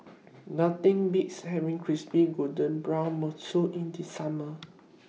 Nothing Beats having Crispy Golden Brown mantou in The Summer